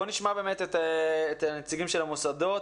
בואו נשמע את נציגי המוסדות.